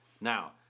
Now